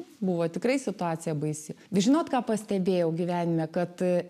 buvo tikrai situacija baisi žinot ką pastebėjau gyvenime kad